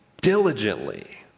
diligently